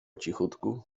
cichutku